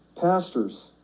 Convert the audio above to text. Pastors